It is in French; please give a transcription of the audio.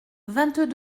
vingt